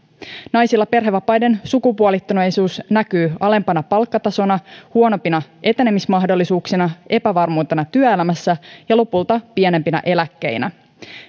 naisilla perhevapaiden sukupuolittuneisuus näkyy alempana palkkatasona huonompina etenemismahdollisuuksina epävarmuutena työelämässä ja lopulta pienempinä eläkkeinä